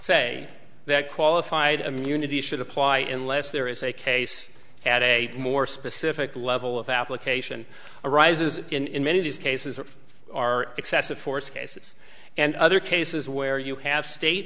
say that qualified immunity should apply in less there is a case at a more specific level of application arises in many of these cases are excessive force cases and other cases where you have state